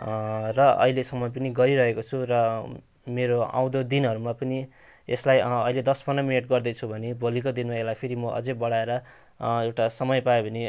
र अहिलेसम्म पनि गरिरहेको छु र मेरो आउँदो दिनहरूमा पनि यसलाई अहिले दस पन्ध्र मिनट गर्दैछु भने भोलिको दिनमा यसलाई फेरि म अझै बढाएर एउटा समय पाएँ भने